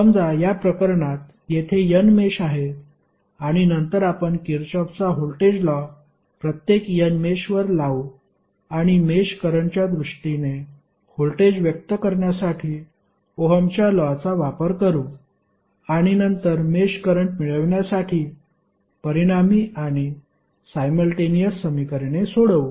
समजा या प्रकरणात येथे n मेष आहे आणि नंतर आपण किरचॉफचा व्होल्टेज लॉ प्रत्येक n मेषवर लावू आणि मेष करंटच्या दृष्टीने व्होल्टेज व्यक्त करण्यासाठी ओहमच्या लॉ चा वापर करू आणि नंतर मेष करंट मिळविण्यासाठी परिणामी आणि सायमल्टेनिअस समीकरणे सोडवू